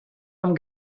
amb